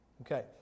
Okay